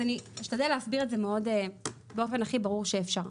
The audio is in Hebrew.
אז אני אשתדל להסביר את זה באופן הכי ברור שאפשר.